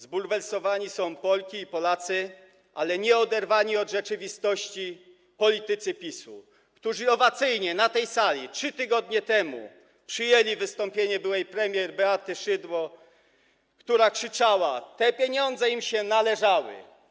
Zbulwersowani są Polki i Polacy, ale nie oderwani od rzeczywistości politycy PiS-u, którzy owacyjnie na tej sali 3 tygodnie temu przyjęli wystąpienie byłej premier Beaty Szydło, która krzyczała: te pieniądze im się należały.